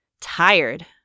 Tired